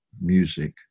music